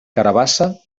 carabassa